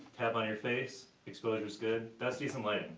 have on your face, exposure's good, that's decent lighting.